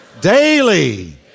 Daily